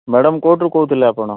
madam କେଉଁଟିରୁ କହୁଥିଲେ ଆପଣ